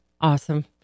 Awesome